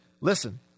Listen